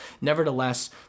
Nevertheless